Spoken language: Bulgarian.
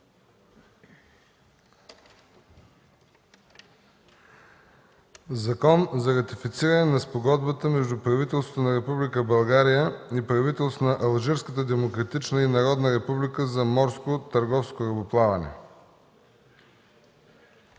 за ратифициране на Спогодбата между правителството на Република България и правителството на Алжирската демократична и народна република за морско търговско корабоплаване.